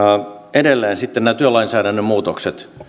edelleen sitten nämä työlainsäädännön muutokset